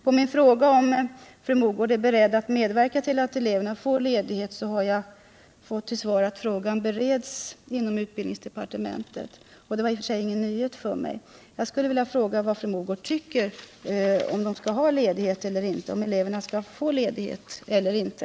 På min fråga om fru Mogård är beredd att medverka till att eleverna får ledighet har jag fått till svar att frågan bereds inom utbildningsdepartementet, och det var i och för sig ingen nyhet för mig. Jag skulle vilja fråga vad fru Mogård tycker — om eleverna skall få ledighet eller inte.